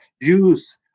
use